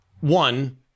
One